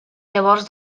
llavors